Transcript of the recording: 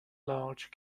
large